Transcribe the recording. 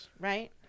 Right